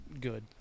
good